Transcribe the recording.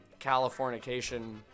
Californication